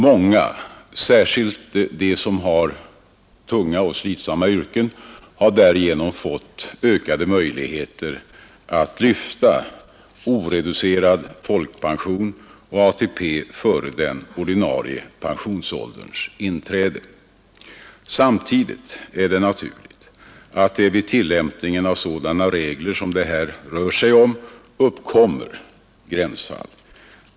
Många, särskilt de som har tunga och slitsamma yrken, har därigenom fått ökade möjligheter att lyfta oreducerad folkpension och ATP före den ordinarie pensionsålderns inträde. Samtidigt är det naturligt att det vid tillämpningen av regler av detta slag uppkommer gränsfall.